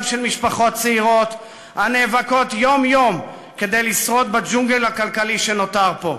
של משפחות צעירות הנאבקות יום-יום כדי לשרוד בג'ונגל הכלכלי שנותר פה.